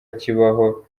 kibaho